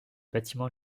bâtiment